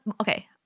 okay